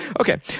Okay